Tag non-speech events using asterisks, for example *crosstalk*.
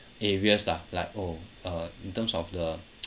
areas lah like oh uh in terms of the *noise*